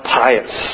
pious